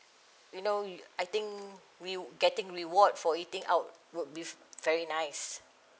you know I think we'd getting reward for eating out would be very nice